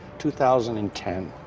two thousand and ten.